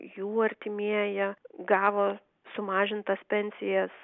jų artimieji gavo sumažintas pensijas